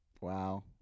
Wow